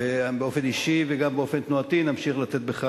ובאופן אישי, וגם באופן תנועתי, נמשיך לתת לך